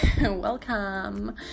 welcome